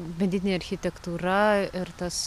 vidinė architektūra ir tas